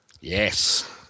Yes